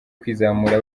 kwizamura